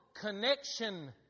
connection